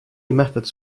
methods